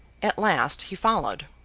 at last, he followed,